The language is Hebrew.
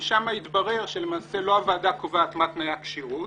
כי שם התברר שלמעשה לא הוועדה קובעת מה תנאי הכשירות,